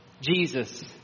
Jesus